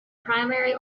primary